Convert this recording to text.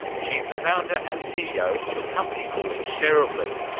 she's the founder and ceo of a company called shareablee,